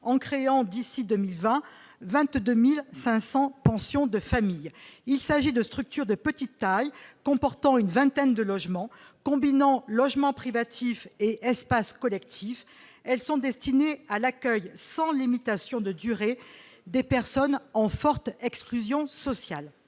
en créant d'ici 2020 22500 pension de famille, il s'agit de structures de petite taille, comportant une vingtaine de logements combinant logements privatifs et espaces collectifs, elles sont destinées à l'accueil, sans limitation de durée des personnes en forte exclusion sociale,